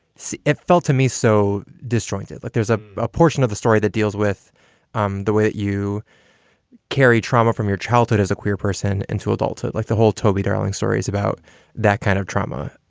so it felt to me so disjointed. like there's ah a portion of the story that deals with um the way that you carry trauma from your childhood as a queer person into adulthood, like the whole toby darling stories about that kind of trauma.